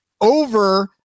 over